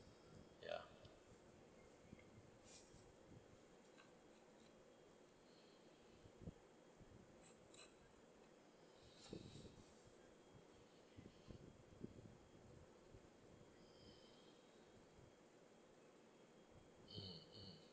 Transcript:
ya mmhmm